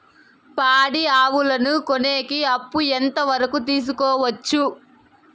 పాడి ఆవులని కొనేకి అప్పు ఎంత వరకు తీసుకోవచ్చు?